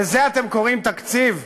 לזה אתם קוראים תקציב?